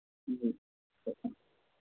जी